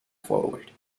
forward